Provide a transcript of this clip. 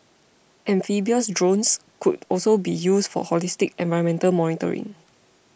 amphibious drones could also be used for holistic environmental monitoring